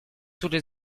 toutes